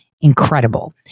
incredible